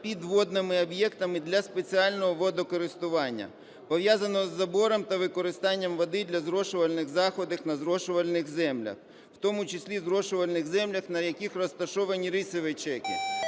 під водними об'єктами для спеціального водокористування, пов'язаного із забором та використання води для зрошувальних заходів на зрошувальних землях, в тому числі зрошувальних землях, на яких розташовані рисові чеки.